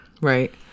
Right